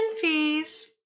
fees